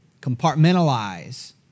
compartmentalize